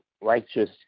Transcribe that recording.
righteous